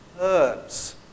Herbs